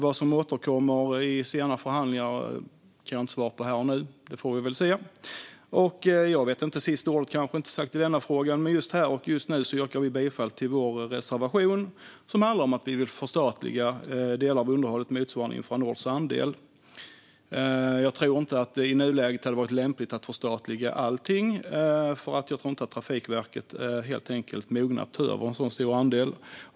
Vad som återkommer i senare förhandlingar kan jag inte svara på här och nu, utan det får vi väl se. Sista ordet är kanske inte sagt i denna fråga. Just här och nu yrkar vi dock bifall till vår reservation, som handlar om att vi vill förstatliga delar av underhållet motsvarande Infranords andel. Jag tror inte att det i nuläget hade varit lämpligt att förstatliga allting, för jag tror helt enkelt inte att Trafikverket är moget att ta över en så stor andel.